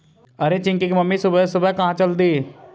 अरे चिंकी की मम्मी सुबह सुबह कहां चल दी?